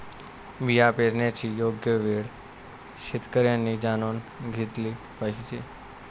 बिया पेरण्याची योग्य वेळ शेतकऱ्यांनी जाणून घेतली पाहिजे